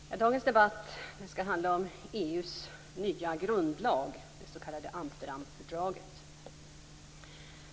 Fru talman! Dagens debatt skall handla om EU:s nya grundlag, det s.k. Amsterdamfördraget.